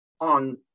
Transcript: on